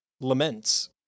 laments